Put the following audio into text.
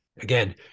Again